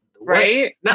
Right